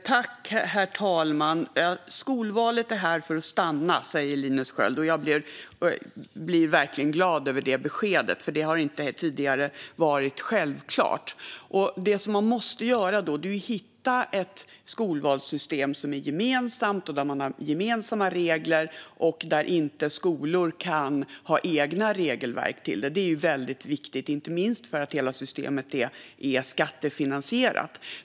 Herr talman! Skolvalet är här för att stanna, säger Linus Sköld. Jag blir verkligen glad över det beskedet, för det har tidigare inte varit självklart. Det man då måste göra är att hitta ett skolvalssystem som är gemensamt, där man har gemensamma regler och där skolor inte kan ha egna regelverk. Det är väldigt viktigt, inte minst för att hela systemet är skattefinansierat.